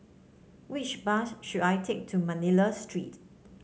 which bus should I take to Manila Street